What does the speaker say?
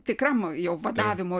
tikram jau vadavimui